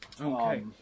Okay